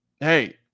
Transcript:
hey